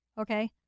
okay